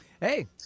Hey